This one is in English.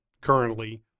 currently